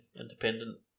independent